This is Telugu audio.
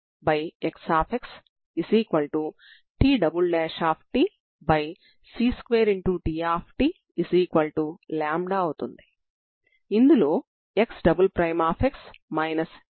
కాబట్టి దీనిని utt c2uxx0 0xL t0 గా వ్రాస్తాము